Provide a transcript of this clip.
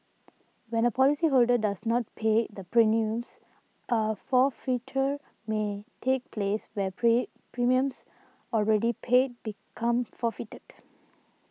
when a policyholder does not pay the premiums a forfeiture may take place where premiums already paid become forfeited